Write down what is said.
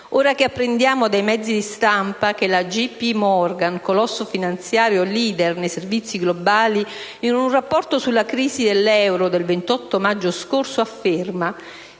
ora che apprendiamo dai mezzi d'informazione che J.P. Morgan, colosso finanziario *leader* nei servizi globali, in un rapporto sulla crisi dell'euro del 28 maggio scorso afferma